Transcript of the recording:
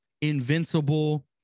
invincible